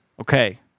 Okay